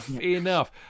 Enough